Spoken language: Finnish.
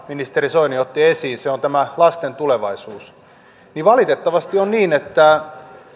ministeri soini otti esiin tähän lasten tulevaisuuteen niin valitettavasti on niin että